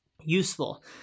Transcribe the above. useful